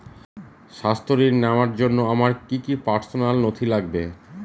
স্বাস্থ্য ঋণ নেওয়ার জন্য আমার কি কি পার্সোনাল নথি লাগবে?